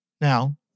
Now